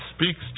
speaks